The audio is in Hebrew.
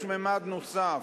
יש ממד נוסף,